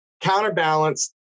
counterbalanced